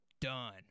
done